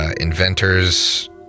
inventors